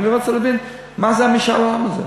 אבל אני רוצה להבין מה זה המשאל עם הזה.